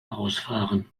ausfahren